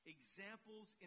Examples